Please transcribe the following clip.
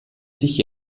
sich